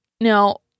Now